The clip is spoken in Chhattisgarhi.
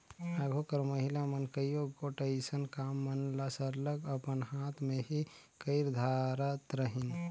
आघु कर महिला मन कइयो गोट अइसन काम मन ल सरलग अपन हाथ ले ही कइर धारत रहिन